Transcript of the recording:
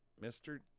Mr